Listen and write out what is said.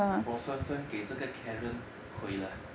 活生生给这个 karen 毁了